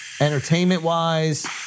Entertainment-wise